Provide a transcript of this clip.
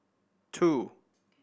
two